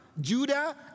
Judah